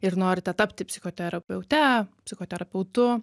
ir norite tapti psichoterapiaute psichoterapiautu